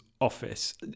office